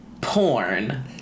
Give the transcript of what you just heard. Porn